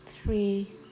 Three